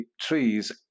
trees